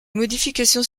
modifications